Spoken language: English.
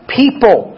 people